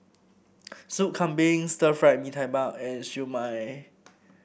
Soup Kambing Stir Fried Mee Tai Mak and Siew Mai